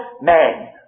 man